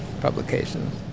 publications